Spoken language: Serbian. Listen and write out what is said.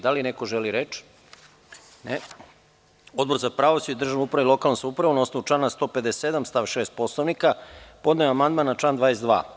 Da li neko želi reč? (Ne.) Odbor za pravosuđe, državnu upravu i lokalnu samoupravu, na osnovu člana 157. stav 6. Poslovnika, podneo je amandman na član 22.